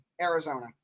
Arizona